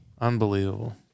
Unbelievable